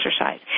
exercise